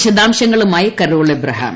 വിശദാംശങ്ങളുമായി Carol Abraham